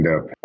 up